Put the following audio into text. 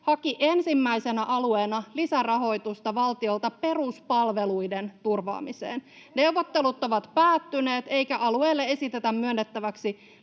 haki ensimmäisenä alueena lisärahoitusta valtiolta peruspalveluiden turvaamiseen. Neuvottelut ovat päättyneet, eikä alueelle esitetä myönnettäväksi